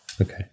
Okay